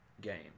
game